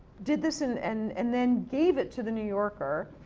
did this and and and then gave it to the new yorker